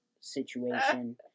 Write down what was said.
situation